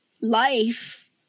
life